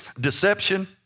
deception